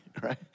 right